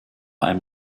einem